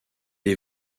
est